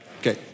Okay